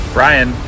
Brian